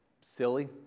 silly